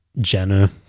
Jenna